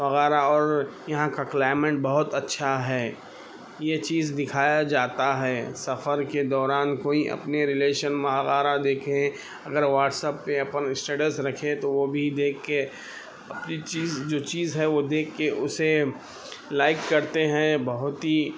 وغیرہ اور یہاں کا کلائمنٹ بہت اچھا ہے یہ چیز دکھایا جاتا ہے سفر کے دوران کوئی اپنی رلیشن وغیرہ دیکھیں اگر واٹسایپ پہ اپن اسٹیٹس رکھے تو وہ بھی دیکھ کے جو چیز جو چیز ہے وہ دیکھ کے اسے لائک کرتے ہیں بہت ہی